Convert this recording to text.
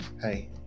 Hey